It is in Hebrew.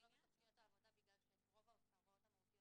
זה לא בתוכניות העבודה משום שאת רוב ההערות המהותיות